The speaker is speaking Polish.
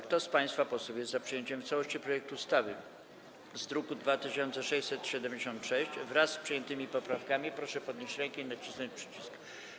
Kto z państwa posłów jest za przyjęciem w całości projektu ustawy z druku nr 2676, wraz z przyjętymi poprawkami, proszę podnieść rękę i nacisnąć przycisk.